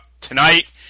tonight